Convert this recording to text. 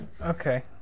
Okay